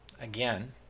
Again